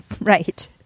right